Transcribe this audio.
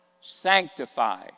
sanctify